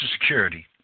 security